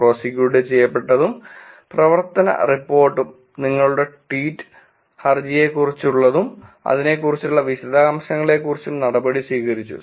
prosecute ചെയ്യപ്പെട്ടതും പ്രവർത്തന റിപ്പോർട്ടും നിങ്ങളുടെ ട്വീറ്റ്ഹർ ജിയെക്കുറിച്ചും അതിനെക്കുറിച്ചുള്ള വിശദാംശങ്ങളെക്കുറിച്ചും നടപടി സ്വീകരിച്ചു